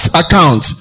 account